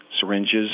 syringes